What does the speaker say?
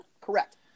Correct